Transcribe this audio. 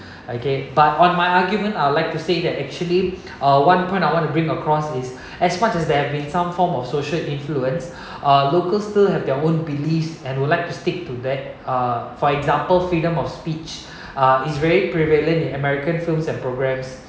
okay but on my argument I'd like to say that actually uh one point I want to bring across is as much as there have been some form of social influence uh locals still have their own beliefs and would like to stick to that uh for example freedom of speech uh is very prevalent american films and programmes